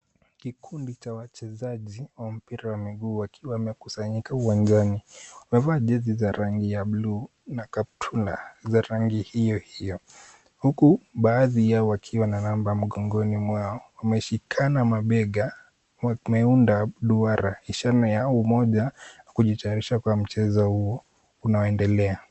Kikundi cha wachezaji wa mpira wa miguu wakiwa wamekusanyika uwanjani. Wamevaa jezi za rangi ya buluu na kaptura za rangi hiyo hiyo, huku baadhi wakiwa na namba mgongoni mwao. Wameshikana mabega wameunda duara ishara ya umoja kujitayarisha kwa mchezo huo unaoendelea.